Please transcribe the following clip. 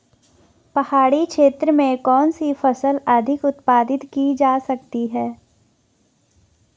पहाड़ी क्षेत्र में कौन सी फसल अधिक उत्पादित की जा सकती है?